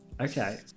Okay